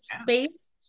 space